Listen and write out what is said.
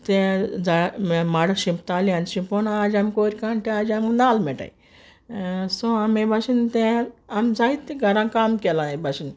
तें झाड माड शिंपतालें आनी शिंपोन आज आमकां वोयर काडन ते नाल्ल मेयटाय सो आमगे बाशेन तें आमी जायते गारां काम केलां हे बाशेन